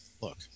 Look